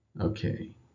Okay